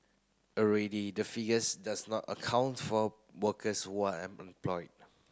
already the figures does not account for workers who are employed